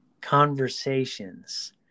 conversations